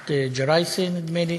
ממשפחת ג'ראיסי, נדמה לי,